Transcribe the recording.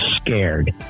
scared